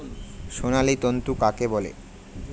সোনালী তন্তু কাকে বলে?